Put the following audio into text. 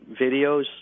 videos